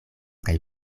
kaj